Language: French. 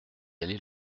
allait